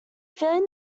feeling